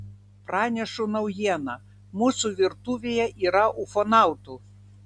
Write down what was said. pranešu naujieną mūsų virtuvėje yra ufonautų